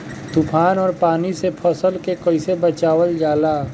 तुफान और पानी से फसल के कईसे बचावल जाला?